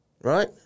right